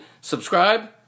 subscribe